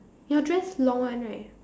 your dress long one right